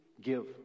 Give